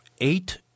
eight